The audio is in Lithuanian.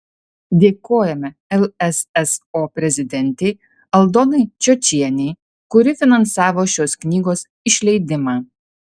dėkojame lsso prezidentei aldonai čiočienei kuri finansavo šios knygos išleidimą